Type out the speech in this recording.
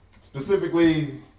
Specifically